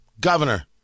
governor